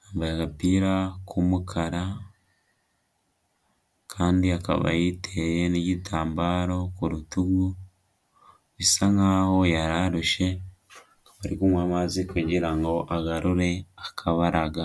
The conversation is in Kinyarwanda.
yambaye agapira k'umukara kandi akaba yiteye n'igitambaro ku rutugu, bisa nkaho yari arushye, akaba ari kunywa amazi kugira ngo agarure akabaraga.